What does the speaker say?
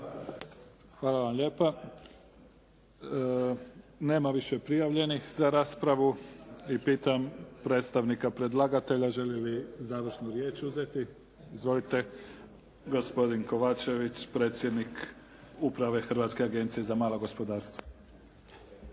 Hvala vam lijepa. Nema više prijavljenih za raspravu. I pitam predstavnika predlagatelja želi li završnu riječ uzeti? Izvolite. Gospodin Kovačević, predsjednik uprave Hrvatske agencije za malo gospodarstvo.